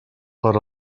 per